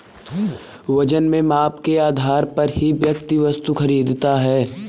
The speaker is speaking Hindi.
वजन और माप के आधार पर ही व्यक्ति वस्तु खरीदता है